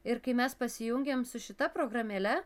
ir kai mes pasijungėm su šita programėle